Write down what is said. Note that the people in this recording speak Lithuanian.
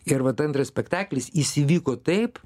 ir vat antras spektaklis jis įvyko taip